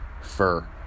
fur